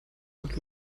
bis